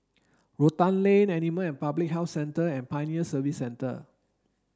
Rotan Lane Animal Public Health Centre and Pioneer Service Centre